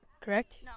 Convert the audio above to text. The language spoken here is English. correct